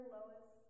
Lois